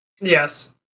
Yes